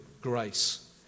grace